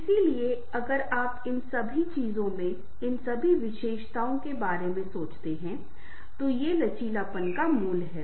इसलिए अगर आप इन सभी चीजों में इन सभी विशेषताओं के बारे में सोचते हैं तो ये लचीलापन का मूल हैं